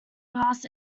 pass